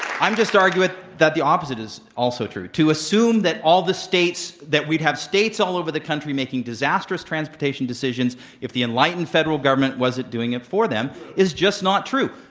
i'm just arguing that the opposite is also true. so assume that all the states that we have states all over the country making disastrous transportation decisions if the enlightened federal government wasn't doing it for them is just not true.